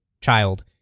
child